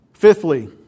Fifthly